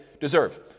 deserve